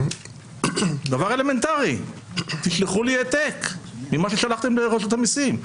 הדבר האלמנטרי הוא שתשלחו לי העתק ממה ששלחתם לרשות המסים.